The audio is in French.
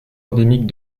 endémique